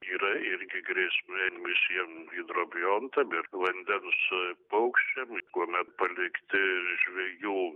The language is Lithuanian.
yra irgi grėsmė šiem hidrobiontam ir vandens su paukščiam kuomet palikti žvejų